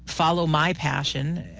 follow my passion,